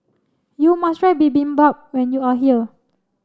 you must try Bibimbap when you are here